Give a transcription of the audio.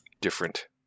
different